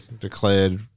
declared